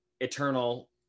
eternal